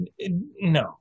No